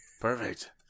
Perfect